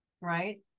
Right